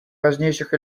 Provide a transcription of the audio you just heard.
важнейших